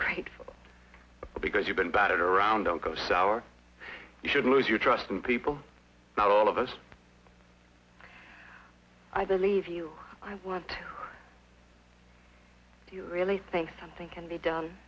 like because you've been batted around don't go sour you should lose your trust in people not all of us i believe you i want to really think something can be done